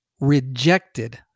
rejected